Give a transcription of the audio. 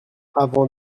avant